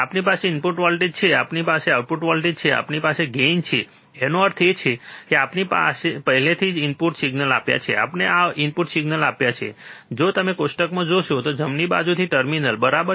આપણી પાસે input voltage છે આપણી પાસે આઉટપુટ વોલ્ટેજ છે આપણી પાસે ગેઇન છે તેનો અર્થ એ છે કે આપણે પહેલેથી જ આ ઇનપુટ સિગ્નલ આપ્યા છે આપણે આ ઇનપુટ સિગ્નલ આપ્યા છે જો તમે કોષ્ટકમાં જોશો તો જમણી બાજુથી ટર્મિનલ બરાબર